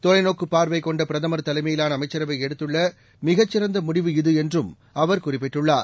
தொலைநோக்குப் பார்வை கொண்ட பிரதமர் தலைமையிலான அமைச்சரவை எடுத்துள்ள மிகச் சிறந்த முடிவு இது என்றும் அவர் குறிப்பிட்டுள்ளார்